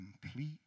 complete